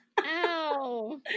Ow